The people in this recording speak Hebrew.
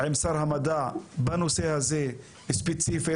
עם שר המדע בנושא הזה ספציפית,